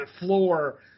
floor